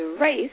race